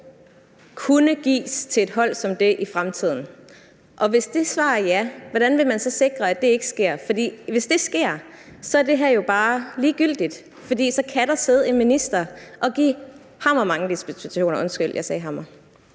kunne gives til et hold som det i fremtiden? Hvis det svar er ja, hvordan vil man så sikre, at det ikke sker? For hvis det sker, er det her jo bare ligegyldigt, for så kan der sidde en minister og give hammer mange dispensationer. Undskyld, jeg sagde hammer.